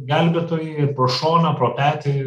gelbėtojai pro šoną pro petį